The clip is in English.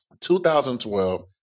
2012